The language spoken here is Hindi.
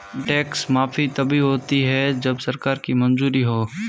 टैक्स माफी तभी होती है जब सरकार की मंजूरी हो